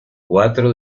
cuatro